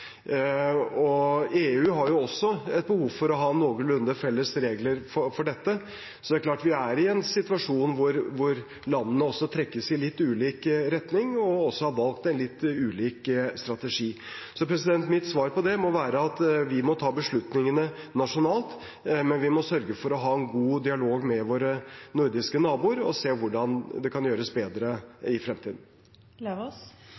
EU har også et behov for å ha noenlunde felles regler for dette, så vi er i en situasjon hvor landene trekkes i litt ulik retning og har valgt en litt ulik strategi. Mitt svar på det må være at vi må ta beslutningene nasjonalt, men vi må sørge for å ha en god dialog med våre nordiske naboer og se hvordan det kan gjøres